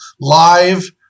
live